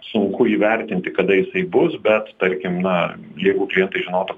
sunku įvertinti kada jisai bus bet tarkim na jeigu klientai žinotų